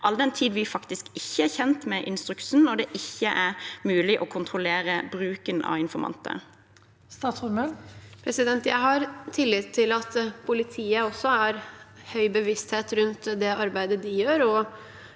all den tid vi faktisk ikke er kjent med instruksen, og det ikke er mulig å kontrollere bruken av informanter? Statsråd Emilie Mehl Jeg har tillit til at politiet også har høy bevissthet rundt det arbeidet de gjør,